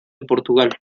portugal